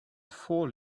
four